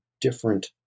different